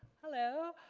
hello.